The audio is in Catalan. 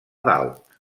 dalt